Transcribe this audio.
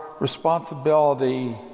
responsibility